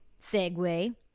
segue